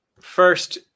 first